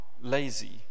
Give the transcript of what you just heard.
lazy